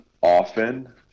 often